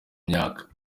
myaka